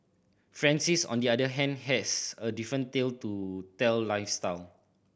Francis on the other hand has a different tale to tell lifestyle